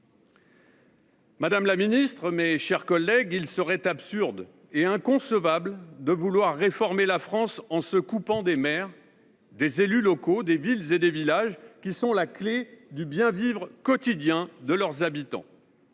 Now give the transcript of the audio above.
Madame la ministre, mes chers collègues, il serait absurde et inconcevable de vouloir réformer la France en se coupant des maires, des élus locaux, des villes et des villages, qui sont la clé du bien vivre quotidien de leurs habitants.